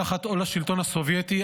תחת עול השלטון הסובייטי,